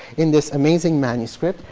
in this amazing manuscript,